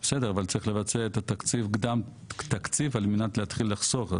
בסדר אבל צריך לבצע קדם תקציב על מנת להתחיל לחסוך.